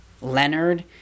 leonard